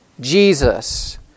Jesus